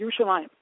Yerushalayim